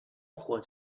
火箭